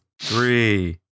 Three